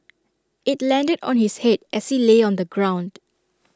IT landed on his Head as he lay on the ground